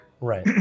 right